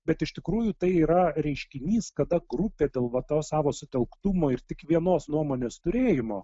bet iš tikrųjų tai yra reiškinys kada grupė dėl va to savo sutelktumo ir tik vienos nuomonės turėjimo